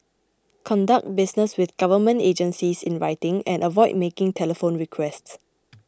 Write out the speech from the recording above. conduct business with government agencies in writing and avoid making telephone requests